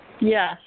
Yes